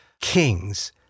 kings